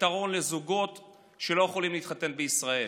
לפתרון לזוגות שאינם יכולים להתחתן בישראל.